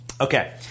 Okay